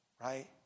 right